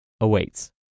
awaits